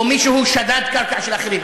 או שמישהו שדד קרקע של אחרים,